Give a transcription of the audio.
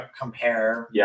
compare